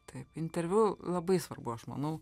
taip interviu labai svarbu aš manau